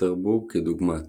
פטרבורג כדוגמת